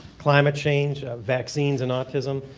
climate change, vaccines and autism.